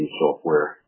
software